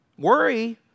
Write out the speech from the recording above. Worry